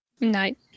night